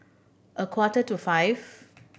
a quarter to five